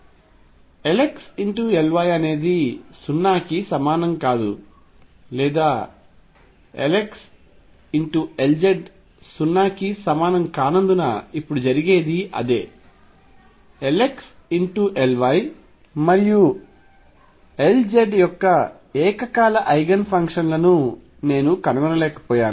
Lx Ly అనేది 0 కి సమానం కాదు లేదా Lx Lz 0 కి సమానం కానందున ఇప్పుడు జరిగేది అదే Lx Ly మరియు Lz యొక్క ఏకకాల ఐగెన్ ఫంక్షన్ లను నేను కనుగొనలేకపోయాను